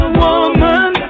woman